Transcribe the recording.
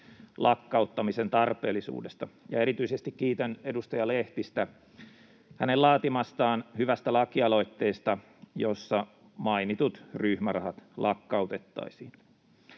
lakkauttamisen tarpeellisuudesta. Ja erityisesti kiitän edustaja Lehtistä hänen laatimastaan hyvästä lakialoitteesta, jossa mainitut ryhmärahat lakkautettaisiin.